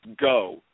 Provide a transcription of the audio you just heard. go